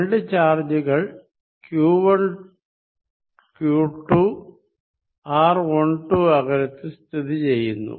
രണ്ടു ചാർജുകൾ q1q2 r12 അകലത്തിൽ സ്ഥിതി ചെയ്യുന്നു